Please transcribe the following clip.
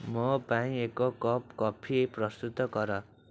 ମୋ ପାଇଁ ଏକ କପ୍ କଫି ପ୍ରସ୍ତୁତ କର